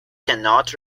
cannot